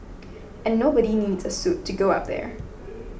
and nobody needs a suit to go up there